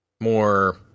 more